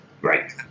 Right